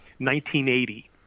1980